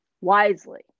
wisely